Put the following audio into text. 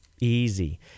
easy